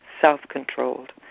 self-controlled